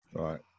right